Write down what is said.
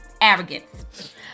arrogance